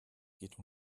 geht